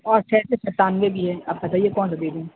اور چھ سے ستانوے بھی ہے اب بتائیے کون سا دے دوں